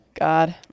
god